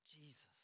Jesus